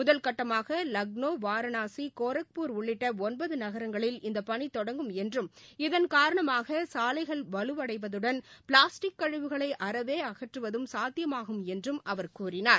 முதல் கட்டமாக லக்னோ வாரணாசி கோரக்பூர் உள்ளிட்ட ஒன்பது நகரங்களில் இந்த பணி தொடங்கும் என்றும் இதன் காரணமாக சாலைகள் வலுவடைவதுடன் பிளாஸ்டிக் கழிவுகளை அறவே அகற்றுவதும் சாத்தியமாகும் என்று அவர் கூறினார்